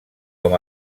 com